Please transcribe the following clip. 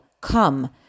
come